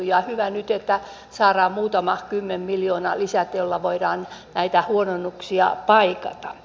hyvä nyt että saadaan muutaman kymmenen miljoonan lisät joilla voidaan näitä huononnuksia paikata